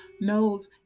knows